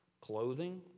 clothing